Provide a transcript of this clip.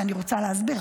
ואני רוצה להסביר,